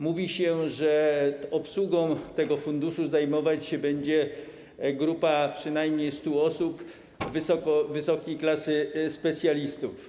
Mówi się, że obsługą tego funduszu zajmować się będzie grupa przynajmniej 100 osób, wysokiej klasy specjalistów.